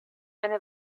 eine